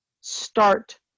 start